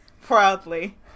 proudly